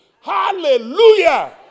Hallelujah